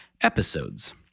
episodes